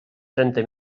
trenta